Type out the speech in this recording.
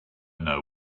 know